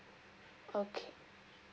okay